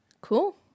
Cool